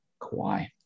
Kawhi